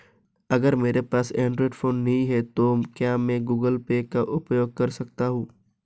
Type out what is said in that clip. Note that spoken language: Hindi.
अगर मेरे पास एंड्रॉइड फोन नहीं है तो क्या मैं गूगल पे का उपयोग कर सकता हूं?